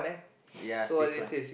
ya this one